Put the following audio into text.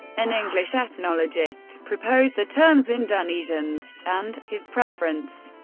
an english ethnologist, proposed the terms indunesians and, his preference,